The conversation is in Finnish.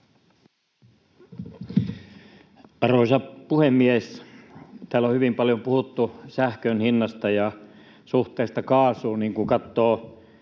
Arvoisa puhemies! Täällä on hyvin paljon puhuttu sähkön hinnasta ja sen suhteesta kaasuun, ja kun katsoo